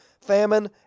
famine